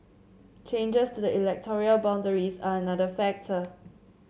changes to the electoral boundaries are another factor